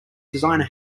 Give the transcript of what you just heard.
designer